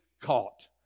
caught